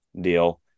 deal